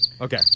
okay